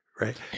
right